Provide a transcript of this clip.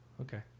Okay